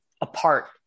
apart